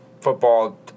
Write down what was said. football